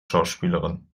schauspielerin